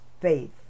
faith